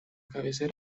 cabecera